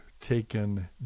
taken